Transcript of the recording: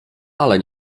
ale